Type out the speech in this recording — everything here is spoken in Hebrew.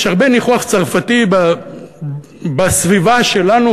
יש הרבה ניחוח צרפתי בסביבה שלנו,